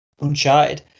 Uncharted